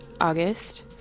August